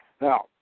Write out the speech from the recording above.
Now